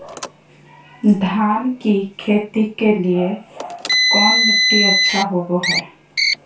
धान की खेती के लिए कौन मिट्टी अच्छा होबो है?